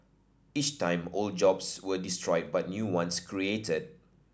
each time old jobs were destroyed but new ones created